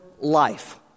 life